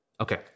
Okay